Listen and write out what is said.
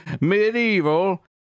Medieval